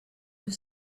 have